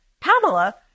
Pamela